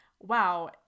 wow